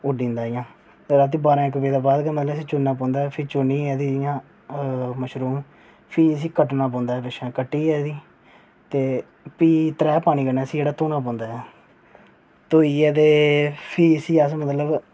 उड्डरी जंदा इं'या रातीं बारां इक्क बजे दे बाद जि'यां मतलब असें चुनना पौंदा ऐ ते फ्ही चुनियै इं'या मशरूम फ्ही इसी कट्टना पौंदा ऐ पिच्छें दा ते कट्टियै प्ही त्रैऽ पानी कन्नै प्ही इसी धोना पौंदा ऐ धोइयै ते फ्ही इसी मतलब अस